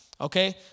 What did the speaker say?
okay